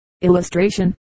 Illustration